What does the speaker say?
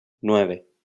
nueve